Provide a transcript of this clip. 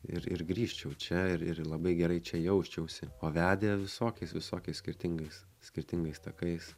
ir ir grįžčiau čia ir ir labai gerai čia jausčiausi o vedė visokiais visokiais skirtingais skirtingais takais